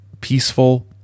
peaceful